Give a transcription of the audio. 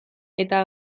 eta